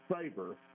favor